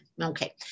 Okay